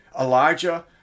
Elijah